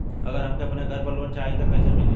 अगर हमके अपने घर पर लोंन चाहीत कईसे मिली?